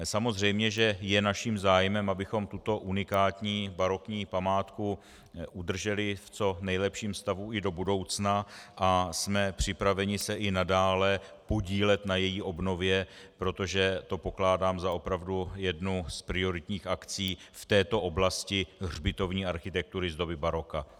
Samozřejmě, že je naším zájmem, abychom tuto unikátní barokní památku udrželi v co nejlepším stavu i do budoucna, a jsme připraveni se i nadále podílet na její obnově, protože to pokládám za opravdu jednu z prioritních akcí v této oblasti hřbitovní architektury z doby baroka.